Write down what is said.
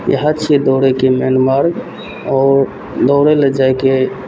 इएहे छियै दौड़यके मेन मार्ग आओर दौड़य लए जाइके